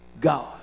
God